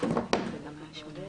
רוצים להזיק למשק.